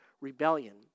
rebellion